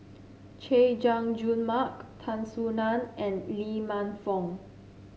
Chay Jung Jun Mark Tan Soo Nan and Lee Man Fong